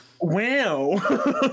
wow